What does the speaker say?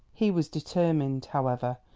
he was determined, however,